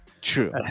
true